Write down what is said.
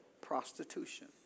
prostitution